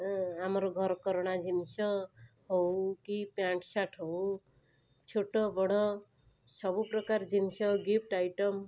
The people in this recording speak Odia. ଏ ଆମର ଘରକରଣା ଜିନିଷ ହଉ କି ପେଣ୍ଟ୍ ସାର୍ଟ ହଉ ଛୋଟବଡ଼ ସବୁପ୍ରକାର ଜିନିଷ ଗିଫ୍ଟ ଆଇଟମ୍